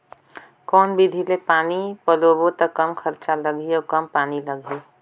कौन विधि ले पानी पलोबो त कम खरचा लगही अउ कम पानी लगही?